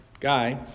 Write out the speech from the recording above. Guy